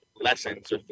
lessons